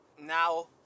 now